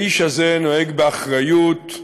והאיש הזה נוהג באחריות,